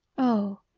oh!